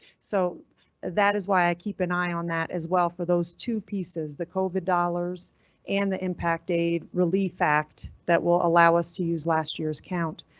so that is why i keep an eye on that as well. for those two pieces, the covid dollars and the impact aid relief act that will allow us to use last year's count.